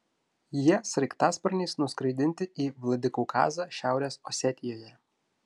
jie sraigtasparniais nuskraidinti į vladikaukazą šiaurės osetijoje